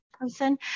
person